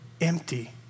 empty